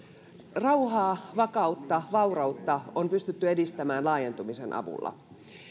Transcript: rauhaa vakautta ja vaurautta on pystytty edistämään laajentumisen avulla